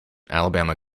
alabama